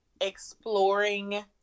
exploring